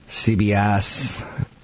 CBS